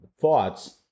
thoughts